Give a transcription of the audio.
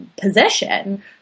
position